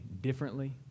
differently